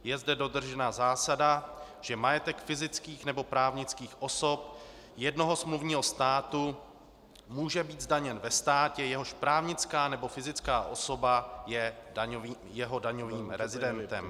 Je zde dodržena zásada, že majetek fyzických nebo právnických osob jednoho smluvního státu může být zdaněn ve státě, jehož právnická nebo fyzická osoba je jeho daňovým rezidentem.